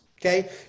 okay